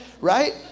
right